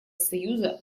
союза